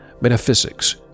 metaphysics